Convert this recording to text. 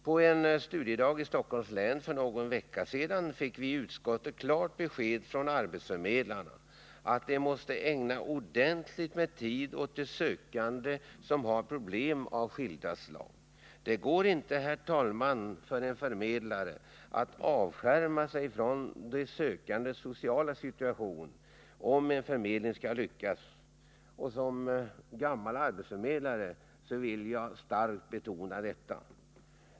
På en studiedag i Stockholms län för någon vecka sedan fick vi i utskottet klart besked från arbetsförmedlarna att de måste ägna ordentligt med tid åt de sökande som har problem av skilda slag. Det går inte, herr talman, för en förmedlare att avskärma sig från de sökandes sociala situation, om en förmedling skall lyckas. Som gammal arbetsförmedlare vill jag starkt betona detta.